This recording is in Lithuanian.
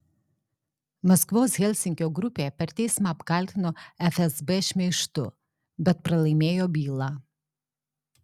maskvos helsinkio grupė per teismą apkaltino fsb šmeižtu bet pralaimėjo bylą